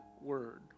word